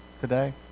today